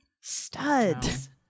Studs